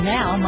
Now